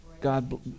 God